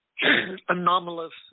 anomalous